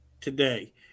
today